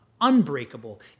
unbreakable